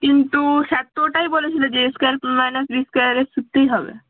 কিন্তু স্যার তো ওটাই বলেছিল যে এ স্কোয়ার মাইনাস বি স্কোয়ারের সূত্রেই হবে